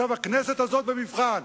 הכנסת הזאת במבחן,